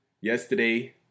yesterday